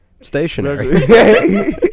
stationary